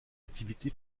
activité